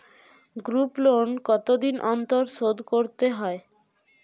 Group loan কতদিন অন্তর শোধকরতে হয়?